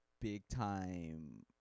big-time